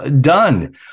done